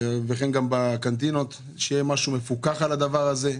וכן גם בקנטינות, שיהיה פיקוח על הדבר הזה.